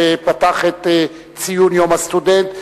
שפתח את ציון יום הסטודנט.